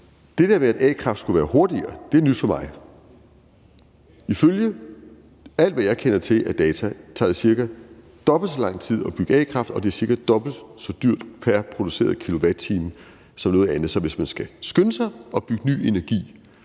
Det der med, at a-kraft skulle være hurtigere, er nyt for mig. Ifølge alt, hvad jeg kender til af data, tager det cirka dobbelt så lang tid at bygge a-kraft, og det er cirka dobbelt så dyrt pr. produceret kilowatt-time som noget andet. Så hvis man skal skynde sig med at bygge ny energi,